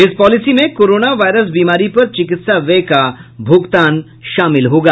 इस पॉलिसी में corona virus बीमारी पर चिकित्सा व्यय का भूगतान शामिल होगा